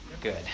Good